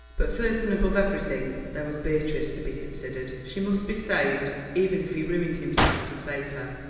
but first and above everything, there was beatrice to be considered. she must be saved, even if he ruined himself to save her.